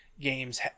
games